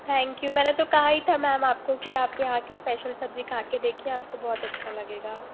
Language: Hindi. थैंक यू मैंने तो कहाँ ही था मेम आपको कि आपके यहाँ की स्पेशल सब्जी खा के देखिए आपको बहुत अच्छा लगेगा